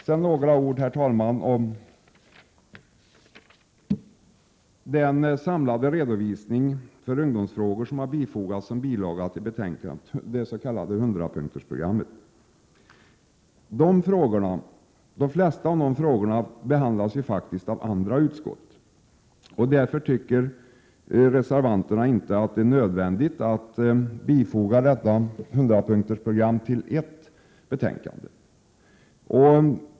Sedan något om den samlade redovisning för ungdomsfrågor som har bifogats som bilaga till betänkandet, det s.k. 100-punktersprogrammet. De flesta av de frågorna behandlas ju faktiskt av andra utskott och därför tycker reservanterna att det inte är nödvändigt att bifoga detta 100-punktersprogram till ett enda betänkande.